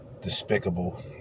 despicable